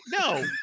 no